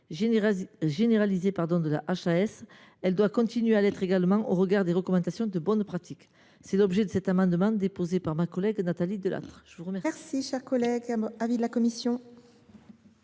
généralisé de la HAS. Elle doit continuer à l’être également au regard des recommandations de bonnes pratiques. Tel est l’objet de cet amendement déposé par ma collègue Nathalie Delattre. Quel est l’avis de la commission